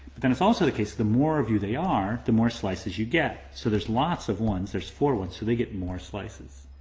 but then it's also the case, the more of who they are, the more slices you get. so there's lots of ones, there's four ones, so they get more slices.